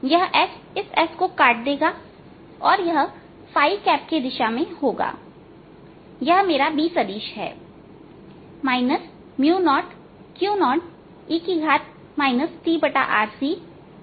यह s इस s को काट देगाऔर यह की दिशा में होगा तो यह मेरा B सदिश है